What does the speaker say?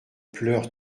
pleure